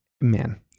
man